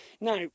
Now